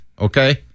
Okay